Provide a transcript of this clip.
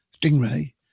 stingray